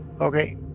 Okay